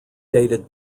dated